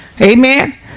Amen